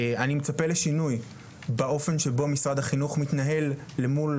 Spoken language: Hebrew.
אני מצפה לשינוי באופן שבו משרד החינוך מתנהל למול